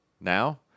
Now